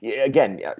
Again